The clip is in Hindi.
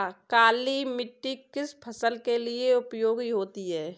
काली मिट्टी किस फसल के लिए उपयोगी होती है?